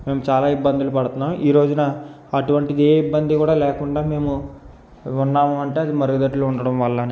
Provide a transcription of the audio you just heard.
మేము చాలా ఇబ్బందులు పడుతున్నాం ఈరోజున అటువంటిది ఏ ఇబ్బంది కూడా లేకుండా మేము ఉన్నాము అంటే అది మరుగుదొడ్లు ఉండడం వల్లనే